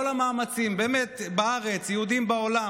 כן, מדהים.